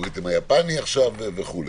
האלגוריתם היפני וכו'.